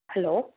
hello